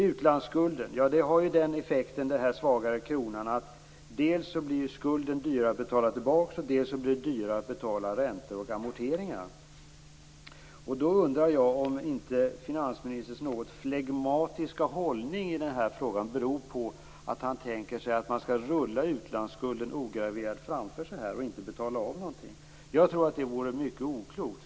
Utlandsskulden: Effekten av den svagare kronan blir ju dels att skulden blir dyrare att betala tillbaka, dels blir det dyrare att betala räntor och amorteringar. Då undrar jag om inte finansministerns något flegmatiska hållning i frågan beror på att han tänker sig att man skall rulla utlandsskulden ograverad framför sig och inte betala av någonting. Jag tror att det vore mycket oklokt.